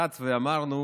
יושב-ראש ועדת הכספים.